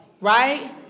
right